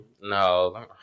No